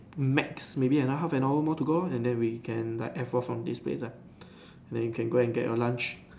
max maybe another half an hour more to go and then we can like F off from this place ah then you can go get your lunch